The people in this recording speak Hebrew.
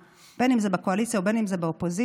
בין אם זה בקואליציה ובין אם זה באופוזיציה,